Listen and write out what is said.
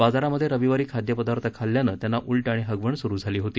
बाजारामध्ये रविवारी खाद्यपदार्थ खाल्यानं त्यांना उलट्या आणि हगवण सुरू झाली होती